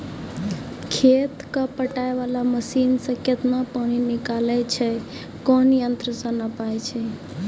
खेत कऽ पटाय वाला मसीन से केतना पानी निकलैय छै कोन यंत्र से नपाय छै